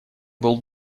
был